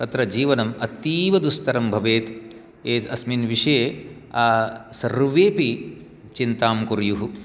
तत्र जीवनम् अतीवदुस्तरं भवेत् एतस्मिन् विषये सर्वेऽपि चिन्तां कुर्युः